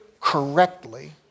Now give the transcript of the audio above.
correctly